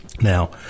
Now